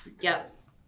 yes